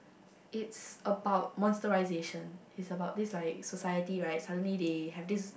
it's about monsterization is about this like society right suddenly they have this